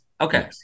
Okay